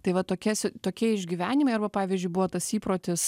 tai va tokia si tokie išgyvenimai arba pavyzdžiui buvo tas įprotis